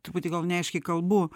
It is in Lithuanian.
truputį gal neaiškiai kalbu